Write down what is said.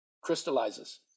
crystallizes